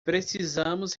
precisamos